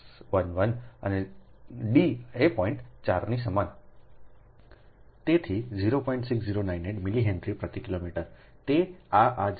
6098 millihenry પ્રતિ kilometre તો આ આ જવાબ સાચો છે